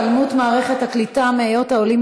הצעה לסדר-היום בנושא: התעלמות מערכת הקליטה מהיות העולים